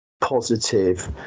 positive